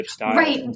Right